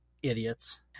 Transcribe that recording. idiots